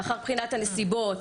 לאחר בחינת הנסיבות,